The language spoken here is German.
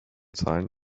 zahlen